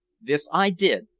this i did,